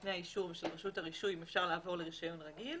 נותני האישור ושל רשות הרישוי אם אפשר לעבור לרישיון רגיל,